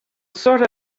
sort